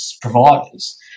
providers